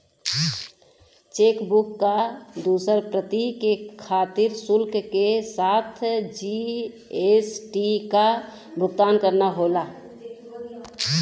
chequebook क दूसर प्रति के खातिर शुल्क के साथ जी.एस.टी क भुगतान करना होला